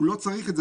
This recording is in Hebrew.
הוא לא צריך את זה.